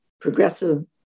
progressive